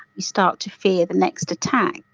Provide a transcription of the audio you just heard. you start to fear the next attack.